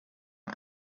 nur